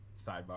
sidebar